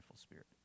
spirit